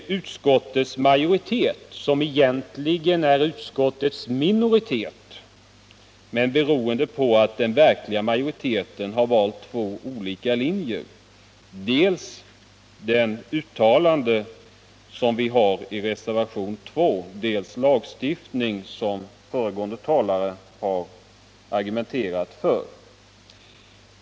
Men utskottsmajoriteten som gör denna hemställan är egentligen utskottets minoritet, beroende på att den verkliga majoriteten har valt två olika linjer — dels den som uttalas i reservation 2, dels reservation 1 om lagstiftning, som föregående talare har argumenterat för.